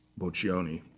boccioni.